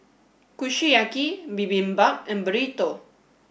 Kushiyaki Bibimbap and Burrito